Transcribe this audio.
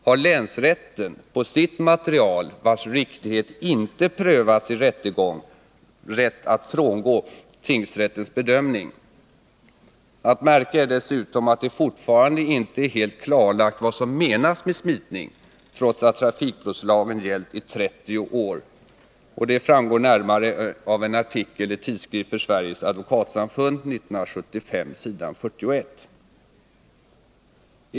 Har länsrätten — på sitt material vars riktighet inte prövats i rättegång — rätt att frångå tingsrättens bedömning? Att märka är dessutom att det fortfarande inte är helt klarlagt vad som menas med smitning, trots att trafikbrottslagen gällt i 30 år. Detta framgår närmare av en artikel i Tidskrift för Sveriges advokatsamfund 1975, s. 41.